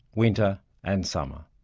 winter and summer.